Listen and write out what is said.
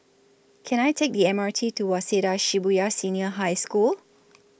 Can I Take The M R T to Waseda Shibuya Senior High School